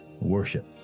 worship